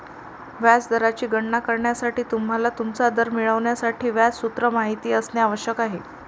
व्याज दराची गणना करण्यासाठी, तुम्हाला तुमचा दर मिळवण्यासाठी व्याज सूत्र माहित असणे आवश्यक आहे